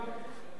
ריסקה את פורטוגל,